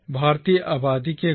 भारतीय आबादी के गुट